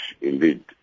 indeed